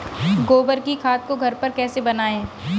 गोबर की खाद को घर पर कैसे बनाएँ?